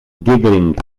giggling